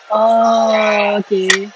oh okay